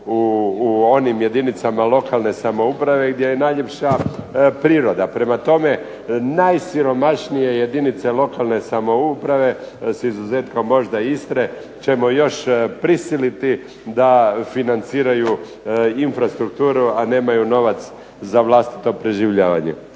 u onim jedinicama lokalne samouprave gdje je najljepša priroda. Prema tome, najsiromašnije jedinice lokalne samouprave uz izuzetak možda Istre ćemo još prisiliti da financiraju infrastrukturu a nemaju novac za vlastito preživljavanje.